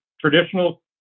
traditional